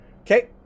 Okay